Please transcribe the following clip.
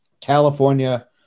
California